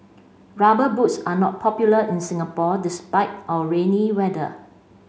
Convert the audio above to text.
rubber boots are not popular in Singapore despite our rainy weather